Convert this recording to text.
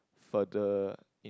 for the